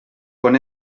con